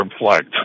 reflect